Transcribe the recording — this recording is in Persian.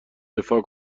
دفاع